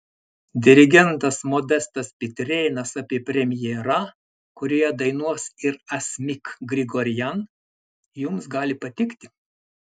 dirigentas modestas pitrėnas apie premjerą kurioje dainuos ir asmik grigorian jums gali patikti